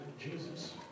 Jesus